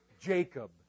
Jacob